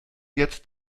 jetzt